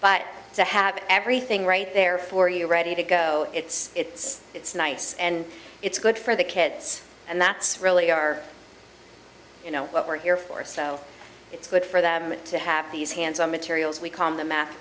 but to have everything right there for you ready to go it's it's it's nice and it's good for the kids and that's really our you know what we're here for so it's good for them to have these hands on materials we can the math